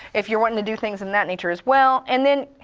if you're wanting to do things in that nature as well, and then,